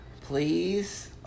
Please